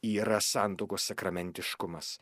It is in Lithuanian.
yra santuokos sakramentiškumas